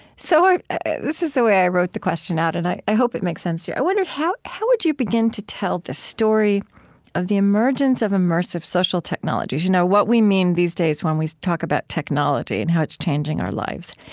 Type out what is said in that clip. so this is the way i wrote the question out, and i i hope it makes sense to you. i wondered, how how would you begin to tell the story of the emergence of immersive social technologies you know what we mean, these days, when we talk about technology and how it's changing our lives?